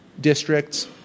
districts